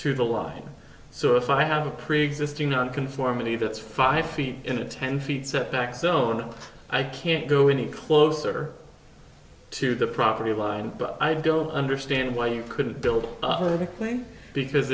to the light so if i have a preexisting nonconformity that's five feet in a ten feet step back zone i can't go any closer to the property line but i don't understand why you couldn't build up with me because